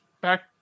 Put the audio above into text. back